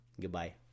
Goodbye